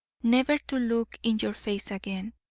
never to look in your face again,